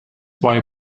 why